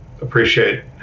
appreciate